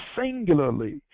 singularly